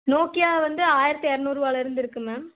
Nokia வந்து ஆயிரத்தி இரநூறுவால இருந்து இருக்குது மேம்